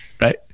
right